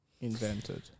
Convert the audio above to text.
invented